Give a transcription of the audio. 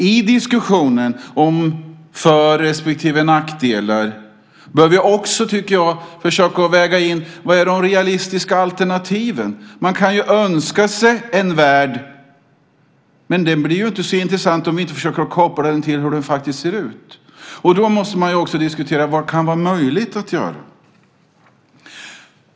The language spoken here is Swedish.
I diskussionen om för respektive nackdelar bör vi också försöka väga in vilka de realistiska alternativen är. Vi kan önska oss en värld, men den blir inte så intressant om vi inte försöker kapa till den till hur det faktiskt ser ut. Då måste vi diskutera vad som kan vara möjligt att göra.